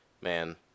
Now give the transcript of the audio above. man